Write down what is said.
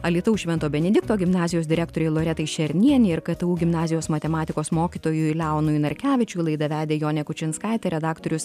alytaus švento benedikto gimnazijos direktorei loretai šernienei ir ktu gimnazijos matematikos mokytojui leonui narkevičiui laidą vedė jonė kučinskaitė redaktorius